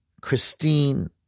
Christine